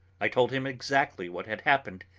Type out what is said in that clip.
i told him exactly what had happened,